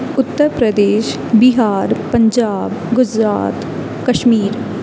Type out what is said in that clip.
Uttar Pradesh Bihar Punjab Gujarat Kashmir